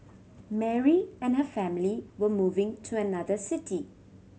Mary and her family were moving to another city